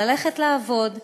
ללכת לעבוד,